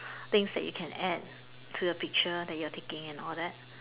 things that you can add to the picture and all that